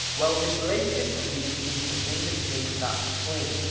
well this latest leak seems to vindicate that claim.